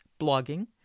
blogging